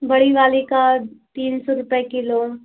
बड़ी वाली का तीन सौ रुपए किलो